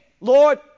Lord